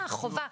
חובה.